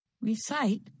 Recite